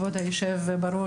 כבוד היושב-ראש,